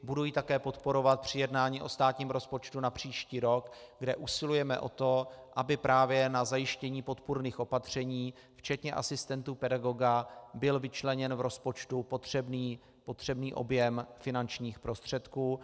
Budu ji také podporovat při jednání o státním rozpočtu na příští rok, kde usilujeme o to, aby právě na zajištění podpůrných opatření včetně asistentů pedagoga byl vyčleněn v rozpočtu potřebný objem finančních prostředků.